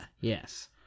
Yes